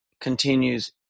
continues